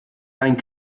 einen